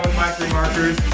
my three markers.